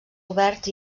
oberts